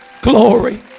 glory